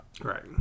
Right